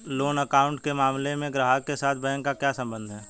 Loan account के मामले में ग्राहक के साथ बैंक का क्या संबंध है?